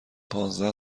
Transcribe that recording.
پانزده